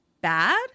bad